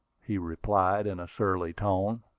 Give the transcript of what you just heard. he replied, in a surly tone.